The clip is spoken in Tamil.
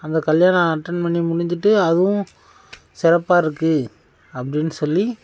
அந்த கல்யாணம் அட்டென்ட் பண்ணி முடிஞ்சுட்டு அதுவும் சிறப்பாக இருக்கு அப்படின்னு சொல்லி